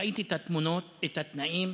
ראיתי את התמונות, את התנאים,